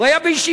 הוא היה בישיבה.